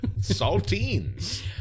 Saltines